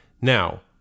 Now